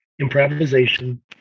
Improvisation